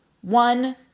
One